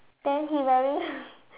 then he wearing